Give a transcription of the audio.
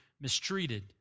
mistreated